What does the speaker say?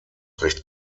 recht